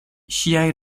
ŝiaj